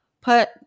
put